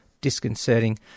disconcerting